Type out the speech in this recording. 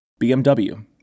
BMW